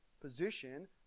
position